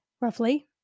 roughly